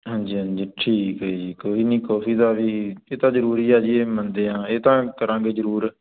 ਹਾਂਜੀ ਹਾਂਜੀ ਠੀਕ ਹ ਜੀ ਕੋਈ ਨਹੀਂ ਕਾਫੀ ਦਾ ਵੀ ਇਹ ਤਾਂ ਜਰੂਰੀ ਆ ਜੀ ਇਹ ਮਿਲਦੇ ਆ ਇਹ ਤਾਂ ਕਰਾਂਗੇ ਜਰੂਰ